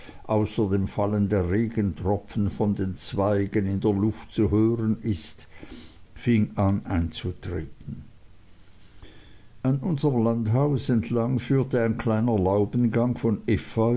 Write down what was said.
außer dem fallen der regentropfen von den zweigen in der luft zu hören ist fing an einzutreten an unserm landhaus entlang führte ein kleiner laubengang von efeu